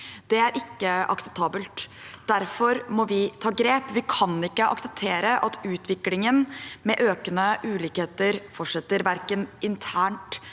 Det er ikke akseptabelt. Derfor må vi ta grep. Vi kan ikke akseptere at utviklingen med økende ulikheter fortsetter, verken internt